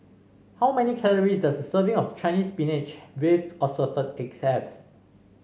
how many calories does a serving of Chinese Spinach with Assorted Eggs have